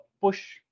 push